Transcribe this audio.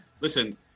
Listen